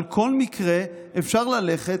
על כל מקרה אפשר ללכת,